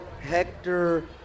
Hector